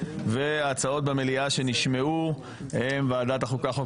וההצעות במליאה שנשמעו הן ועדת חוק,